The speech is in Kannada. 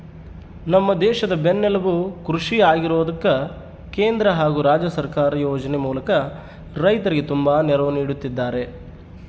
ನಮ್ಮ ದೇಶದ ಬೆನ್ನೆಲುಬು ಕೃಷಿ ಆಗಿರೋದ್ಕ ಕೇಂದ್ರ ಹಾಗು ರಾಜ್ಯ ಸರ್ಕಾರ ಯೋಜನೆ ಮೂಲಕ ರೈತರಿಗೆ ತುಂಬಾ ನೆರವು ನೀಡುತ್ತಿದ್ದಾರೆ